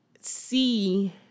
see